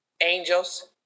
angels